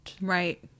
Right